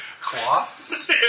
Cloth